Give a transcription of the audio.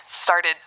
started